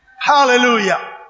Hallelujah